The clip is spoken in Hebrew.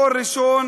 מוכות),